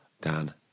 Dan